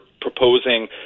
proposing